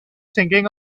thinking